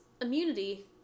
immunity